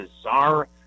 bizarre